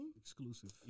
Exclusive